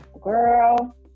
Girl